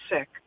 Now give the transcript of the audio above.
sick